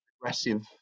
aggressive